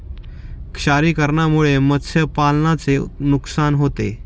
क्षारीकरणामुळे मत्स्यपालनाचे नुकसान होते